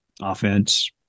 Offense